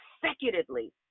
consecutively